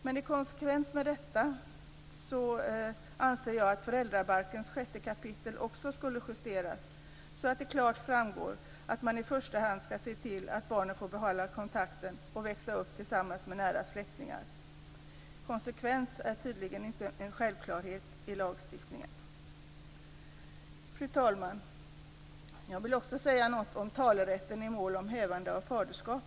Men i konsekvens med detta anser jag att föräldrabalkens 6 kapitel också skulle justeras så att det klart framgår att man i första hand skall se till att barnet får behålla kontakten och får växa upp tillsammans med nära släktingar. Konsekvens är tydligen inte en självklarhet i lagstiftningen. Fru talman! Jag vill säga något också om talerätt i mål om hävande av faderskap.